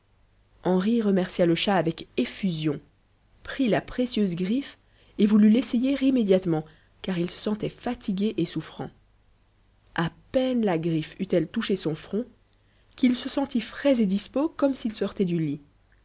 henri remercia le chat avec effusion prit la précieuse griffe et voulut l'essayer immédiatement car il se sentait fatigué et souffrant a peine la griffé eut-elle touché son front qu'il se sentit frais et dispos comme s'il sortait du lit